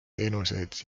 teenuseid